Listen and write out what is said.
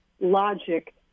logic